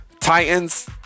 Titans